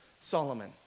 Solomon